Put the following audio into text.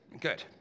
Good